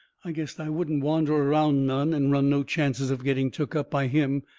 i guessed i wouldn't wander around none and run no chances of getting took up by him.